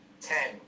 Ten